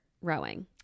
rowing